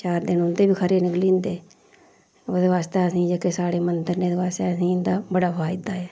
चार देन उं'दे बी खरे निकली जंदे ओहदे बास्तै असेंगी जेह्के साढ़े मंदर ने एहदे बास्तै असेंगी इं'दा बड़ा फ़ायदा ऐ